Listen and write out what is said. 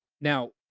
Now